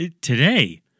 Today